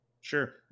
Sure